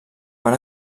van